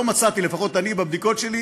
לפחות אני בבדיקות שלי